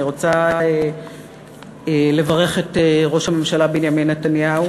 אני רוצה לברך את ראש הממשלה בנימין נתניהו